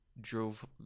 drove